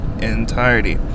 entirety